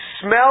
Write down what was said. smell